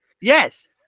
Yes